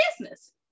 business